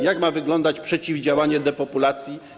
Jak ma wyglądać przeciwdziałanie depopulacji?